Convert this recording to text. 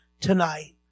tonight